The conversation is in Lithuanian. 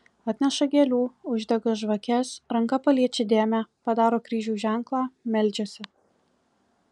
atneša gėlių uždega žvakes ranka paliečią dėmę padaro kryžiaus ženklą meldžiasi